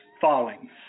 falling